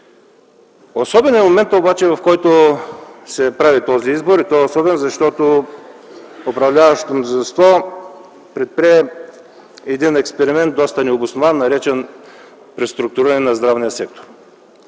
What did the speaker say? Особен е моментът обаче, в който се прави този избор. Той е особен, защото управляващото мнозинство предприе експеримент, доста необоснован, наречен преструктуриране на здравния сектор.